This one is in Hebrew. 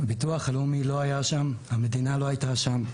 הביטוח הלאומי לא היה שם והמדינה לא הייתה שם.